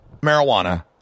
marijuana